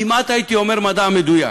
כמעט הייתי אומר: מדע מדויק.